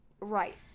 Right